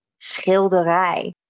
schilderij